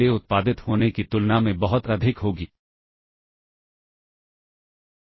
और जितने पुश हैं उतने ही पॉप होने चाहिए ठीक है